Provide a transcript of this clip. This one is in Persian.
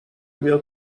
بیا